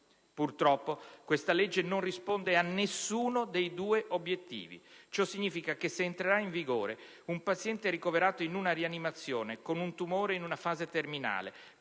Purtroppo questa legge non risponde a nessuno dei due obiettivi sopra citati. Ciò significa che, se entrerà in vigore, un paziente ricoverato in una rianimazione con un tumore in fase terminale,